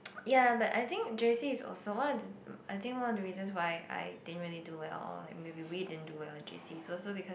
ya but I think J_C is also one of the I think one of the reasons why I didn't really do well or like maybe we didn't well in J_C is also because